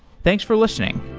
thanks for listening